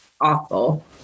awful